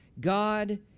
God